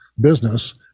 business